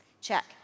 Check